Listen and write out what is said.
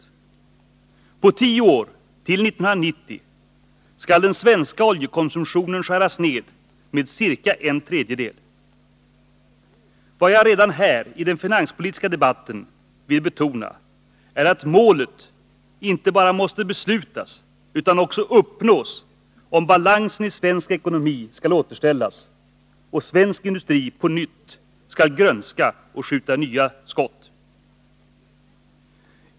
På tio år, till 1990, skall den svenska oljekonsumtionen skäras ned med ca en tredjedel. Vad jag redan här, i den finanspolitiska debatten, vill betona är att målet inte bara måste beslutas utan också uppnås, om balansen i svensk ekonomi skall återställas och svensk industri på nytt skall grönska och skjuta nya skott.